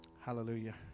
hallelujah